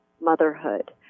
motherhood